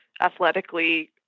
athletically